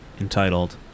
entitled